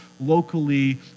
locally